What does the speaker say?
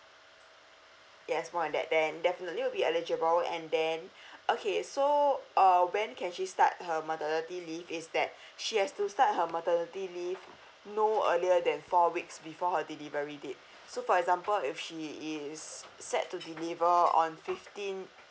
yes more than that then definitely will be eligible and then okay so uh when can she start her maternity leave is that she has to start her maternity leave no earlier than four weeks before her delivery date so for example if she is set to deliver on fifteen